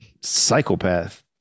psychopath